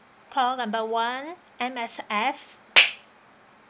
call number one M_S_F